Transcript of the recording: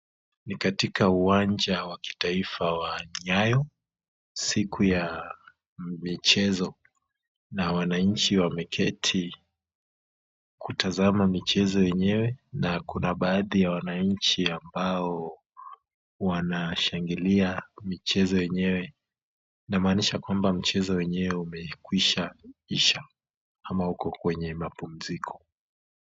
Ni katika uwanja wa kitaifa wa Nyayo, siku ya michezo na wananchi wameketi kutazama michezo yenyewe na kuna baadhi ya wananchi ambao wanashangilia michezo yenyewe, inamaanisha kwamba mchezo wenyewe umekwisha isha ama uko kwenye mapumziko.